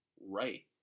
right